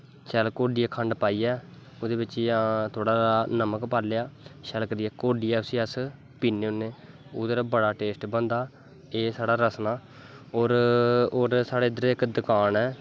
शैल घोलियै खंड पाइयै ओह्दे बिच्च जां थोह्ड़ा नमक पाई लआ शैल करियै घोलियै उस्सी अस पीन्ने होन्ने ओह्दे रा बड़े टेस्ट बनदा एह् साढ़ा रसना होर साढ़ै इद्धर इक दकान ऐ